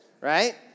right